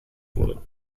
wurde